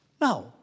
Now